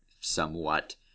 somewhat